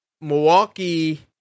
Milwaukee